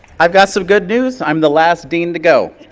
i've got some good news, i'm the last dean to go.